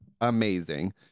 amazing